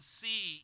see